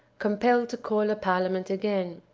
compelled to call a parliament again.